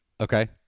Okay